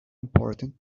important